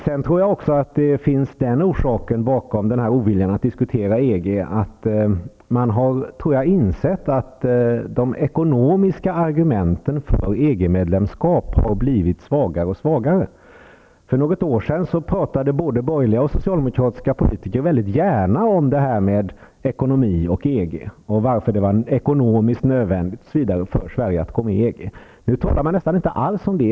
Sedan tror jag också att det finns en annan orsak bakom oviljan att diskutera EG. Man har, tror jag, insett att de ekonomiska argumenten för EG medlemskap har blivit svagare och svagare. För något år sedan pratade både borgerliga och socialdemokratiska politiker väldigt gärna om det här med ekonomi och EG och varför det var ekonomiskt nödvändigt osv. för Sverige att gå med i EG. Nu talar man nästan inte alls om det.